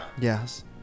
Yes